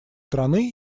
страны